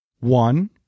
One